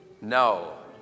No